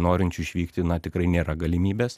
norinčių išvykti na tikrai nėra galimybės